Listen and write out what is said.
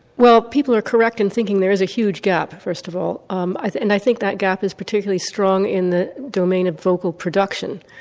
well people are correct in thinking there's a huge gap first of all um and i think that gap is particularly strong in the domain of vocal production.